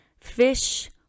fish